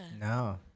No